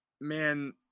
man